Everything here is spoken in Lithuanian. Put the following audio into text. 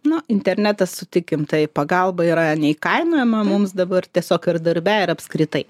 nu internetas sutikim tai pagalba yra neįkainojama mums dabar tiesiog ir darbe ir apskritai